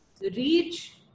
reach